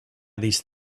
these